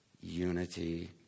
Unity